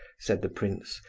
said the prince,